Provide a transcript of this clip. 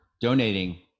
donating